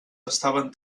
estaven